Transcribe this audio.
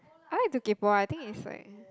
I like to kaypo I think it's like